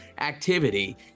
activity